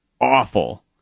awful